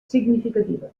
significativa